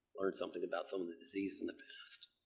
learn something about some of the diseases in the past.